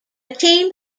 team